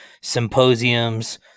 symposiums